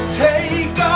take